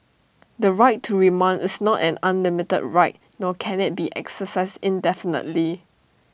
the right to remand is not an unlimited right nor can IT be exercised indefinitely